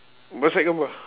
whatsapp gambar